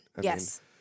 Yes